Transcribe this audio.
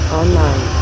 online